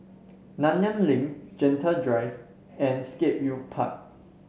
Nanyang Link Gentle Drive and Scape Youth Park